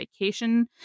vacation